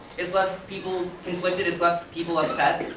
it's left people conflicted, it's left people upset,